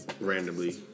randomly